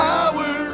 Power